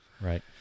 Right